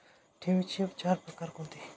ठेवींचे चार प्रकार कोणते?